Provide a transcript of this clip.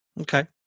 Okay